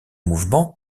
mouvements